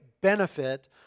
benefit